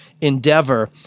endeavor